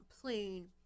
plane